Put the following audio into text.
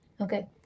Okay